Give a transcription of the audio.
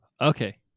Okay